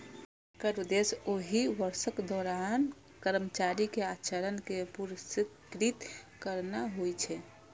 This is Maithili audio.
एकर उद्देश्य ओहि वर्षक दौरान कर्मचारी के आचरण कें पुरस्कृत करना होइ छै